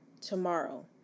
tomorrow